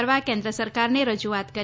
કરવા કેન્દ્ર સરકારને રજૂઆત કરી